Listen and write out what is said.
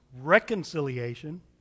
Reconciliation